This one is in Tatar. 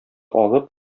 алып